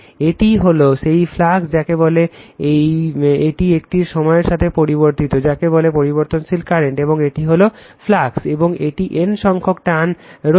এটি হল সেই ফ্লাক্স যাকে বলে এটি একটি সময়ের সাথে পরিবর্তিত যাকে বলে পরিবর্তনশীল কারেন্ট এবং এটি হল ফ্লাক্স এবং এটির N সংখ্যক টার্ন রয়েছে